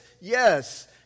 yes